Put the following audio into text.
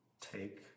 Take